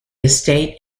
estate